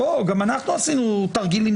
בו גם אנחנו עשינו תרגילים,